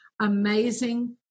amazing